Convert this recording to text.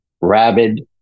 rabid